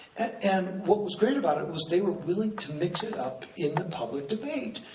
and what was great about it was, they were willing to mix it up in the public debate.